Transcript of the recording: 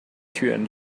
türen